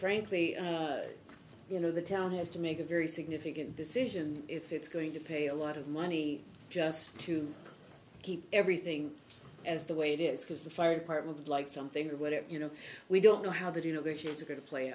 frankly you know the town has to make a very significant decision if it's going to pay a lot of money just to keep everything as the way it is because the fire department would like something or whatever you know we don't know how that you know their kids are going to play